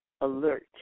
alert